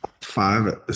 five